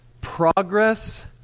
progress